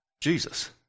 Jesus